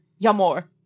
yamor